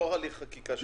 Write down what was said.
לא הליך חקיקה שלם.